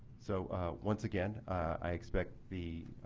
so once again, i expect the